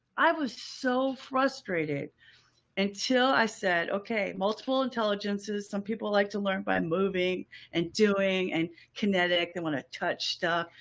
i was so frustrated until i said, okay, multiple intelligences. some people like to learn by moving and doing and kinetic. they want to touch stuff.